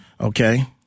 Okay